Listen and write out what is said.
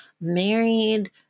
married